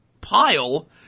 pile